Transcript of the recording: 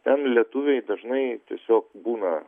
ten lietuviai dažnai tiesiog būna